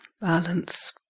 balance